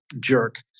jerk